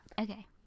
Okay